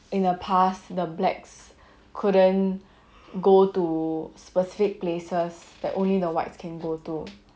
in the past the blacks couldn't go to specific places that only the whites can go to